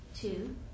Two